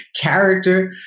character